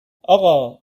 اقا